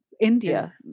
India